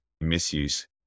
misuse